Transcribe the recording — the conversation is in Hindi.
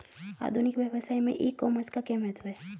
आधुनिक व्यवसाय में ई कॉमर्स का क्या महत्व है?